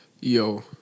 Yo